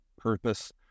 purpose